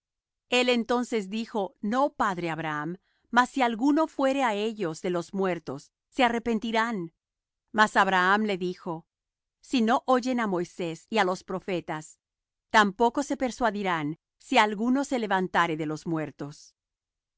el entonces dijo no padre abraham mas si alguno fuere á ellos de los muertos se arrepentirán mas abraham le dijo si no oyen á moisés y á los profetas tampoco se persuadirán si alguno se levantare de los muertos y